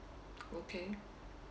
okay